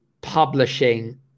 publishing